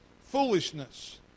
foolishness